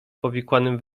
powikłanym